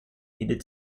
needed